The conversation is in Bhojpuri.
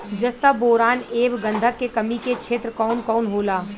जस्ता बोरान ऐब गंधक के कमी के क्षेत्र कौन कौनहोला?